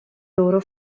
loro